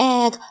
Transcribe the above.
egg